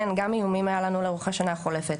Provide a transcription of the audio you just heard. כן גם איומים היו לנו השנה החולפת,